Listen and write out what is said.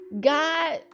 God